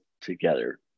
together